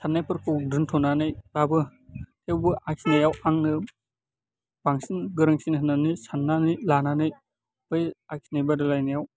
सान्नायफोरखौ दोन्थ'नानैबाबो थेवबो आखिनायाव आंनो बांसिन गोरोंसिन होननानै साननानै लानानै बै आखिनाय बादायलायनायाव